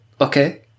Okay